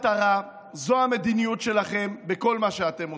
זו המטרה, זו המדיניות שלכם בכל מה שאתם עושים.